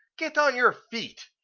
get on your feet!